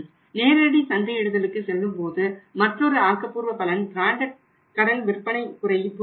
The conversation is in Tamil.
நேரடி சந்தையிடுதலுக்கு செல்லும்போது மற்றொரு ஆக்கப்பூர்வ பலன் கடன் விற்பனை குறைவு ஆகும்